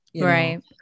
right